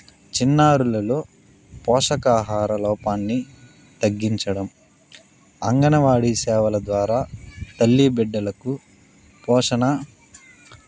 చిన్నారులలో పోషకాహార లోపాన్ని తగ్గించడం అంగనవాడీ సేవల ద్వారా తల్లీ బిడ్డలకు పోషణ